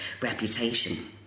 reputation